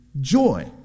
joy